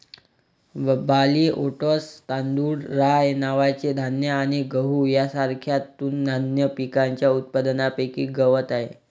barley, oats, तांदूळ, rye नावाचे धान्य आणि गहू यांसारख्या तृणधान्य पिकांच्या उत्पादनापैकी गवत आहे